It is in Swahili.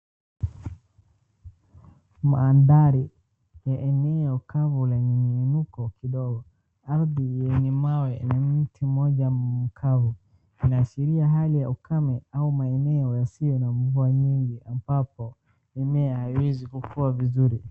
Mandhari ya eneo kavu lenye miunuko kidogo, ardhi yenye mawe na mti mmoja mkavu. Inaashiria hali ya ukame au maeneno yasiyo na mvua mingi ambapo mimea haiwezi kukua vizuri.